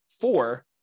four